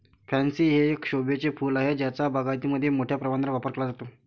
pansy हे एक शोभेचे फूल आहे ज्याचा बागायतीमध्ये मोठ्या प्रमाणावर वापर केला जातो